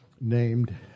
named